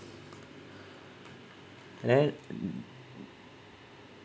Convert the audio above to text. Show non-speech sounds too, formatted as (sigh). and then (noise)